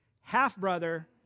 half-brother